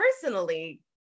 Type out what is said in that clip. personally